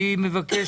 אני מבקש